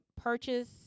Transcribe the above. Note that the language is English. purchase